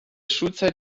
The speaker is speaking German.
schulzeit